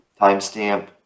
timestamp